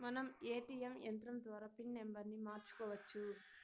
మనం ఏ.టీ.యం యంత్రం ద్వారా పిన్ నంబర్ని మార్చుకోవచ్చు